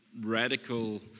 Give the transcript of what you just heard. radical